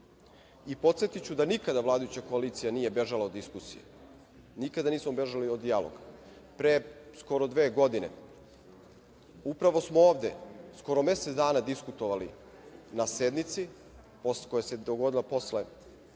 da nikada vladajuća koalicija nije bežala od diskusije, nikada nismo bežali od dijaloga. Pre skoro dve godine upravo smo ovde skoro mesec dana diskutovali na sednici koja se dogodila posle